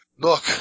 Look